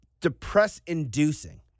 depress-inducing